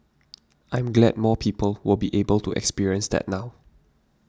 I'm glad more people will be able to experience that now